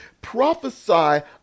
prophesy